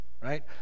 Right